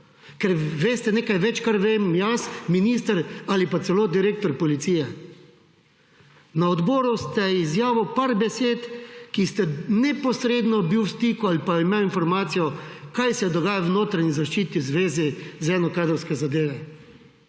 ker veste nekaj več, kar vem jaz, minister ali pa celo direktor policije. Na odboru ste izjavil par besed, ki ste neposredno bil v stiku ali pa imel informacijo, kaj se dogaja v notranji zaščiti, v zvezi / nerazumljivo/ kadrovske zadeve.